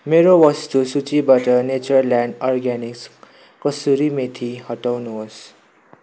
मेरो वस्तु सूचीबाट नेचर ल्यान्ड अर्गानिक्स कसुरी मेथी हटाउनु होस्